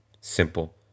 simple